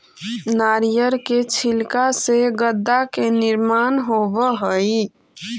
नारियर के छिलका से गद्दा के भी निर्माण होवऽ हई